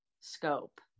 scope